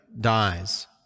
dies